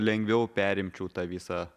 lengviau perimčiau tą visą